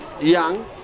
Young